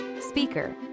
speaker